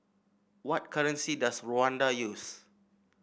what currency does Rwanda use